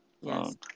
Yes